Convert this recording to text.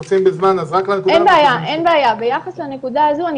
ביחס לנקודה הזו,